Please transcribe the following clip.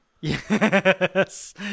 Yes